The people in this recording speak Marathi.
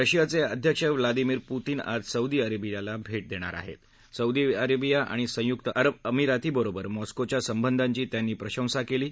रशियाचे अध्यक्ष व्लादिमीर पुतीन आज सौदी अरेबियाला भेट देणार आहेत सौदी अरेबिया आणि संयुक्त अरब अमिरातीबरोबर मॉस्कोच्या सबंधाची त्यांनी प्रशंसा केली आहे